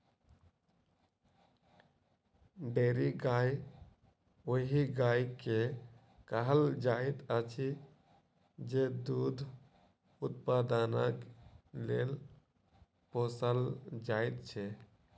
dairy गाय ओहि गाय के कहल जाइत अछि जे दूध उत्पादनक लेल पोसल जाइत छै